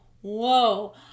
whoa